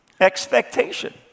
expectation